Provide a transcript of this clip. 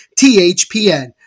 THPN